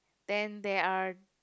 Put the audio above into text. then there are